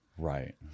Right